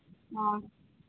ꯑꯥ